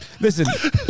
Listen